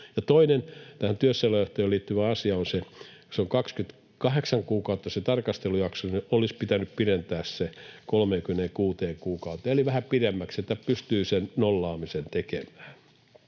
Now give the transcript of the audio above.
Toinen tähän työssäoloehtoon liittyvä asia on se, että kun se tarkastelujakso on 28 kuukautta, se olisi pitänyt pidentää 36 kuukauteen eli vähän pidemmäksi, että pystyy sen nollaamisen tekemään.